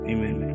Amen